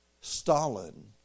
Stalin